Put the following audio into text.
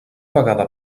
vegada